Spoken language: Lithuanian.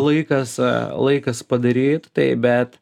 laikas laikas padaryti tai bet